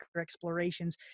Explorations